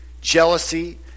jealousy